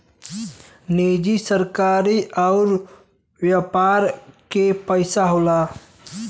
निजी सरकारी अउर व्यापार के पइसा होला